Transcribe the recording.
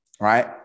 right